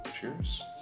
Cheers